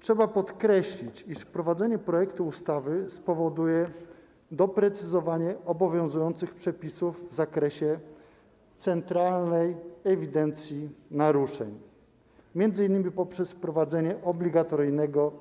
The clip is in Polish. Trzeba podkreślić, iż wprowadzenie projektu ustawy spowoduje doprecyzowanie obowiązujących przepisów w zakresie centralnej ewidencji naruszeń, m.in. poprzez wprowadzenie obligatoryjnego